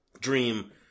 Dream